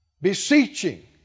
Beseeching